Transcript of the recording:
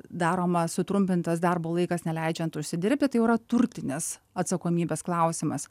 daromas sutrumpintas darbo laikas neleidžiant užsidirbti tai jau yra turtinės atsakomybės klausimas